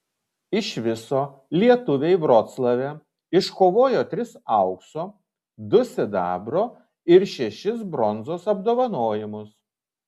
iš viso lietuviai vroclave iškovojo tris aukso du sidabro ir šešis bronzos apdovanojimus